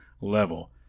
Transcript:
level